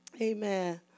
Amen